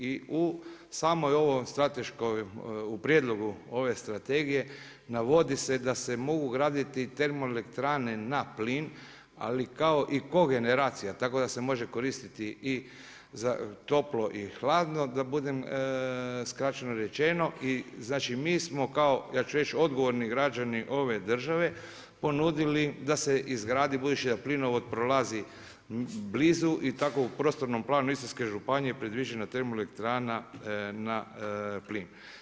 I u samoj ovoj strateškoj, u prijedlogu ove strategije navodi se da se mogu graditi termoelektrane na plin, ali i kogeneracija tako da se može koristiti i za toplo i hladno da bude skraćeno rečeno i da znači mi smo kao, ja ću reći odgovorno građani ove države, ponudili da se izgradi budući da plinovod prolazi blizu i tako u prostornom planu Istarske županije je predviđena termoelektrana na plin.